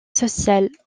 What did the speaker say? social